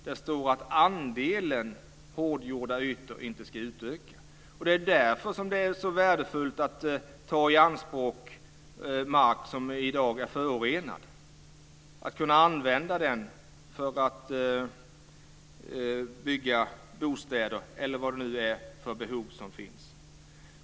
Det står att andelen hårgjorda ytor inte ska öka. Det är därför som det är så värdefullt att ta i anspråk mark som i dag är förorenad och använda den för att bygga bostäder - eller vad det nu är för behov som finns.